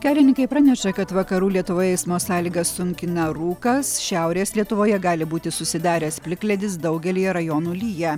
kelininkai praneša kad vakarų lietuvoje eismo sąlygas sunkina rūkas šiaurės lietuvoje gali būti susidaręs plikledis daugelyje rajonų lyja